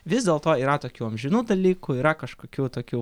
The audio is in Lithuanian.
vis dėlto yra tokių amžinų dalykų yra kažkokių tokių